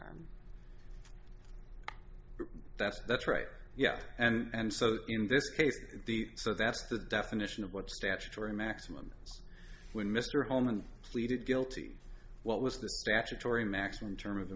term that's that's right yeah and so in this case the so that's the definition of what statutory maximum is when mr holman pleaded guilty what was the statutory maximum term of